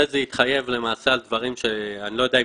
חזי התחייב למעשה על דברים שאני לא יודע אם